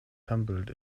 tumbled